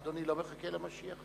אדוני לא מחכה למשיח?